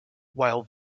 while